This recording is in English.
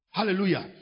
Hallelujah